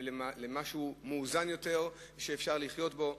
ולמשהו מאוזן יותר שאפשר לחיות בו.